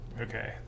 okay